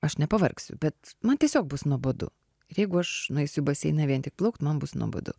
aš nepavargsiu bet man tiesiog bus nuobodu ir jeigu aš nueisiu į baseiną vien tik plaukt man bus nuobodu